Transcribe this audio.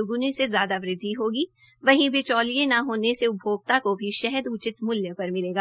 द्गनी से ज्यादा वृदवि होगी वहीं बिचौलिये न होने से उपभोक्ता को भी शहद उचित मूल्य पर मिलेगा